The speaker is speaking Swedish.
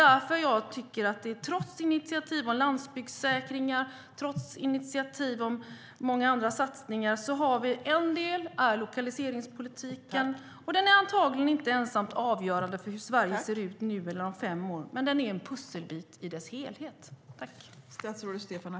Trots initiativ om landsbygdssäkringar och om många andra satsningar är lokaliseringspolitiken en fråga som antagligen inte är ensamt avgörande för hur Sverige ser ut nu eller om fem år men är en pusselbit i det hela.